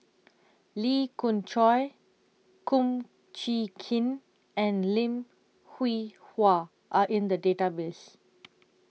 Lee Khoon Choy Kum Chee Kin and Lim Hwee Hua Are in The Database